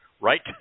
right